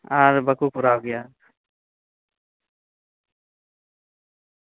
ᱟᱨ ᱵᱟᱠᱚ ᱠᱚᱨᱟᱣ ᱜᱮᱭᱟ